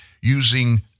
using